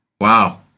Wow